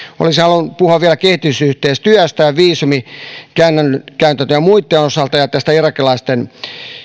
olisin halunnut puhua vielä kehitysyhteistyöstä ja viisumikäytäntöjen ja muitten osalta ja tästä irakilaisten